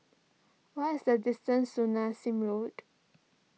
what is the distance to Nassim Road